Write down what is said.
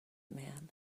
man